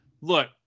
Look